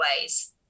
ways